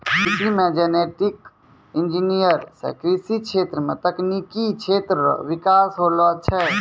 कृषि मे genetic engineer से कृषि क्षेत्र मे तकनिकी क्षेत्र रो बिकास होलो छै